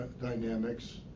dynamics